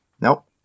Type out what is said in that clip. Nope